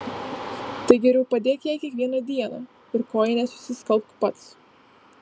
tai geriau padėk jai kiekvieną dieną ir kojines išsiskalbk pats